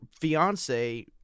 fiance